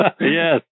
Yes